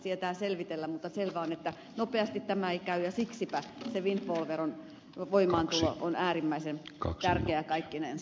mutta selvää on että nopeasti tämä ei käy ja siksipä se windfall veron voimaantulo on äärimmäisen tärkeää kaikkinensa